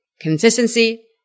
Consistency